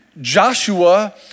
Joshua